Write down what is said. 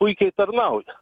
puikiai tarnauja